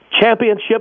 championship